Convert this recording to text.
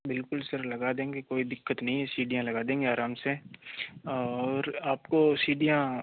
बिल्कुल सर लगा देंगे कोई दिक्कत नहीं है सीढ़ियाँ लगा देंगे आराम से और आपको सीढ़ियाँ